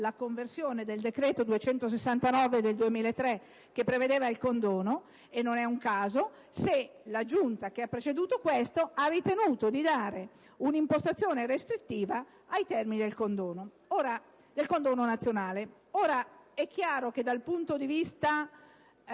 la conversione del decreto n. 269 del 2003, che prevedeva il condono; non è un caso se la Giunta che ha preceduto questa ha ritenuto di dare un'impostazione restrittiva ai termini del condono nazionale. Ora, dal punto di vista